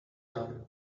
known